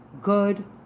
good